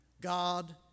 God